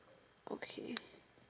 okay